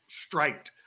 striked